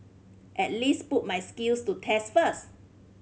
at least put my skills to test first